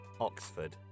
Oxford